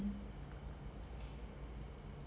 为什么